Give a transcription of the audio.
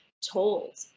told